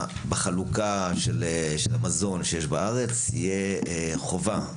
בחלוקת המזון שיש בארץ תהיה חובה,